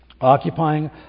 Occupying